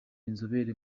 inzobere